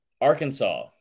Arkansas